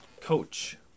Coach